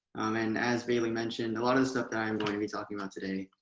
and as baylee mentioned, a lot of the stuff that i'm going to be talking about today,